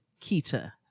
Kita